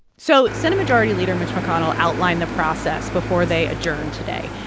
so senate majority leader mitch mcconnell outlined the process before they adjourned today,